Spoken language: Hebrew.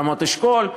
רמות-אשכול,